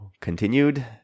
continued